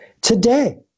Today